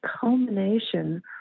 culmination